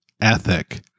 ethic